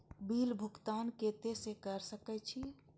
Bill भुगतान केते से कर सके छी?